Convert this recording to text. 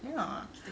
ya